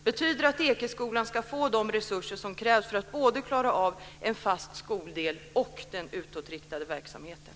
Betyder det att Ekeskolan ska få de resurser som krävs för att både klara av en fast skoldel och den utåtriktade verksamheten?